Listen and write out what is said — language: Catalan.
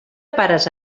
pares